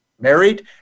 Married